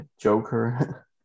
Joker